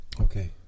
Okay